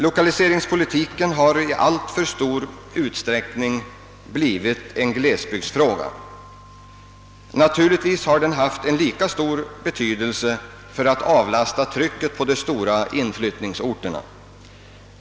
Lokaliseringspolitiken har i alltför stor utsträckning blivit en glesbygdsfråga. Den har naturligtvis haft lika stor betydelse för att avlasta trycket på de stora inflyttningsorterna.